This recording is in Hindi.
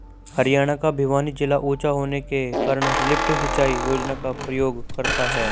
हरियाणा का भिवानी जिला ऊंचा होने के कारण लिफ्ट सिंचाई योजना का प्रयोग करता है